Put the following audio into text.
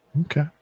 Okay